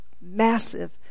massive